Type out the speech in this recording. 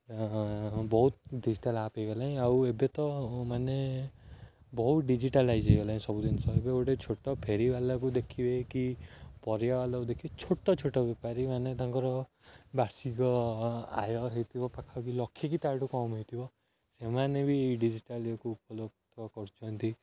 ବହୁତ digital app ହୋଇଗଲାଣି ଆଉ ଏବେ ତ ମାନେ ବହୁତ ଡିଜିଟାଲାଇଜ୍ ହୋଇଗଲାଣି ସବୁ ଜିନିଷ ଏବେ ଗୋଟେ ଛୋଟ ଫେରିବାଲାକୁ ଦେଖିବେ କି ପରିବାବାଲାକୁ ଦେଖିବେ ଛୋଟ ଛୋଟ ବେପାରୀମାନେ ତାଙ୍କର ବାର୍ଷିକ ଆୟ ହୋଇଥିବ ପାଖାପାଖି ଲକ୍ଷେ ତାଠୁ କମ୍ ହୋଇଥିବ ସେମାନେ ବି ଏହି ଡିଜିଟାଲ୍କୁ ଏଇକୁ ଫୋଲୋ କରୁଛନ୍ତି